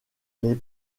les